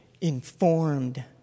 informed